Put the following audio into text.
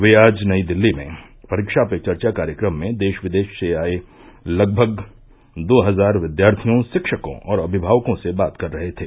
वे आज नई दिल्ली में परीक्षा पे चर्चा कार्यक्रम में देश विदेश से आये लगभग दो हजार विद्यार्थियों शिक्षकों और अभिभावकों से बात कर रहे थे